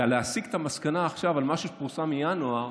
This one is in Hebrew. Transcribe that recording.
ולהסיק את המסקנה עכשיו על מה שפורסם בינואר,